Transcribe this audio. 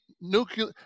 nuclear